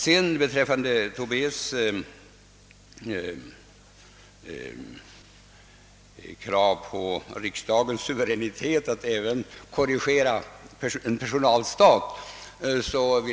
Herr Tobé framhöll att riksdagen skulle äga suveränitet att även kunna korrigera en uppgjord personalstat.